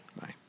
bye